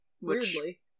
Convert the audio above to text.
weirdly